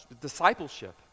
discipleship